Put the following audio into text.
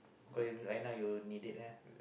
cause you right now you need it meh